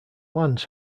lands